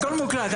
הכול מוקלט.